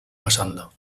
pasando